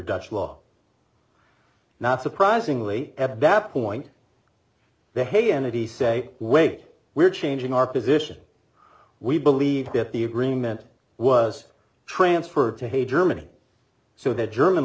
dutch law not surprisingly at that point they hate entity say wait we're changing our position we believe that the agreement was transferred to hay germany so that german